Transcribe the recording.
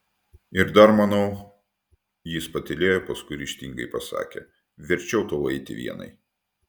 ir dar manau jis patylėjo paskui ryžtingai pasakė verčiau tau eiti vienai